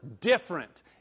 different